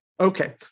Okay